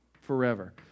forever